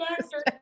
doctor